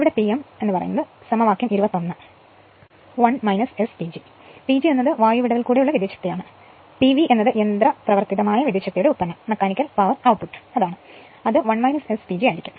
ഇവിടെ Pm സമവാക്യം 21 1 S PG PG എന്നത് വായു വിടവിൽ കൂടെ ഉള്ള വിദ്യുച്ഛക്തി ആണ് p v എന്നത് യന്ത്രപ്രവർത്തിതമായ വിദ്യുച്ഛക്തിയുടെ ഉത്പന്നം ആണ് അത് 1 S PG ആണ്